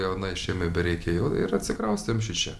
jaunai šeimai bereikėjo ir atsikraustėm šičia